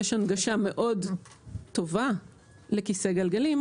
יש הנגשה מאוד טובה לכיסא גלגלים,